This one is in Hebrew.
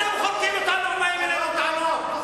אתם חונקים אותנו ובאים אלינו בטענות.